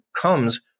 comes